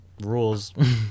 rules